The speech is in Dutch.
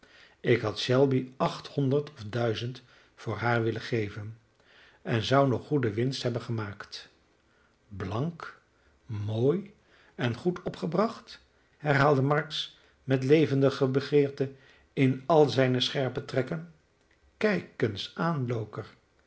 ik had shelby achthonderd of duizend voor haar willen geven en zou nog goede winst hebben gemaakt blank mooi en goed opgebracht herhaalde marks met levendige begeerte in al zijne scherpe trekken kijk eens